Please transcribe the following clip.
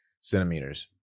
centimeters